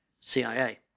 CIA